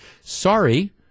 sorry